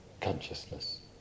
consciousness